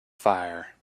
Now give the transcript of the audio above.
fire